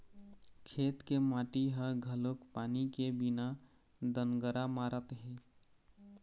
खेत के माटी ह घलोक पानी के बिना दनगरा मारत हे